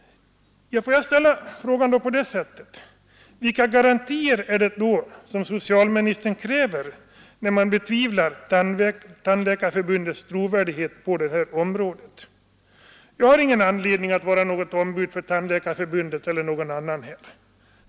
Får jag då ställa frågan på följande sätt: Vilka garantier är det som herr socialministern kräver när han betvivlar Tandläkarförbundets trovärdighet på detta område? Jag har ingen anledning att vara något ombud för Tandläkarförbundet eller någon annan här.